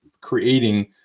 creating